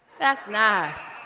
that's nice.